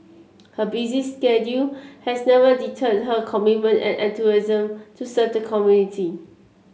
her busy schedule has never deterred her commitment and enthusiasm to serve the community